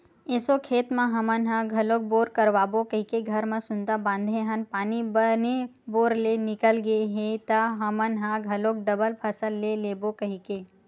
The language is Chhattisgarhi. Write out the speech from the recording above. एसो खेत म हमन ह घलोक बोर करवाबो कहिके घर म सुनता बांधे हन पानी बने बोर ले निकल गे त हमन ह घलोक डबल फसल ले लेबो कहिके